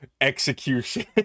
Execution